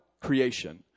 creation